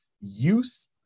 use